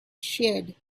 sheared